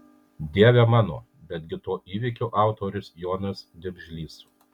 dieve mano betgi to įvykio autorius jonas dimžlys